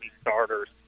starters